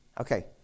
Okay